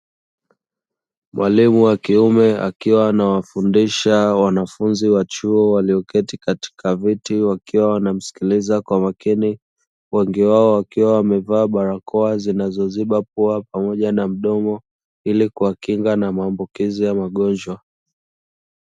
Mwalimu wa kiume akiwa anawafundisha wanafunzi wa chuo walioketi katika viti wakiwa wanamsikiliza kwa makini, wengi wao wakiwa wamevaa barakoa zinazoziba pua pamoja na mdomo ili kujikinga na maambukizi ya magonjwa.